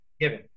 given